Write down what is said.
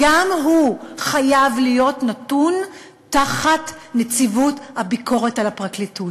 גם הוא חייב להיות נתון תחת נציבות הביקורת על הפרקליטות.